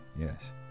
Yes